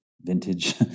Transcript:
vintage